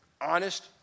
honest